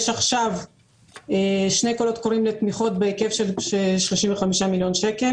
יש עכשיו שני קולות קוראים לתמיכות לכל הענפים בהיקף של 35 מיליון שקל